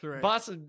Boss